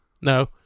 No